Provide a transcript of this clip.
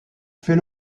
fait